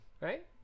right